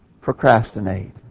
Procrastinate